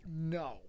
no